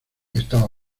estaba